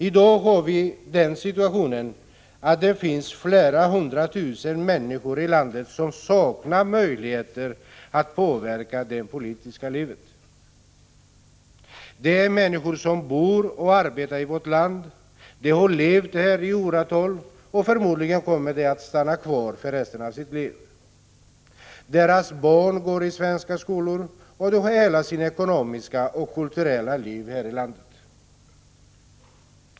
I dag har vi den situationen att det finns flera hundra tusen människor i landet som saknar möjligheter att påverka det politiska livet. De är människor som bor och arbetar i vårt land, de har levt här i åratal, och förmodligen kommer de att stanna kvar här resten av sina liv. Deras barn går i svenska skolor, och de har hela sitt ekonomiska och kulturella liv här i landet.